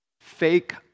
fake